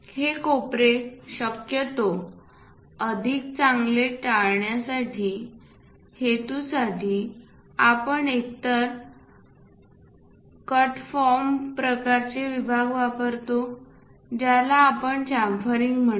हे कोपरे शक्यतो अधिक चांगले टाळण्यासाठीच्या हेतूसाठी आपण एकतर आपण कट फार्म प्रकारचे विभाग वापरतो ज्यास आपण च्याम्फरिंग म्हणतो